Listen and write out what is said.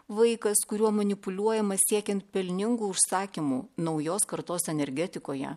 vaikas kuriuo manipuliuojama siekiant pelningų užsakymų naujos kartos energetikoje